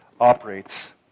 operates